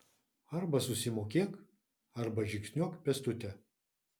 arba susimokėk arba žingsniuok pėstute